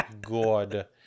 god